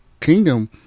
kingdom